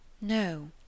No